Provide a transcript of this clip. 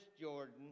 Jordan